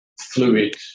fluid